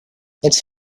its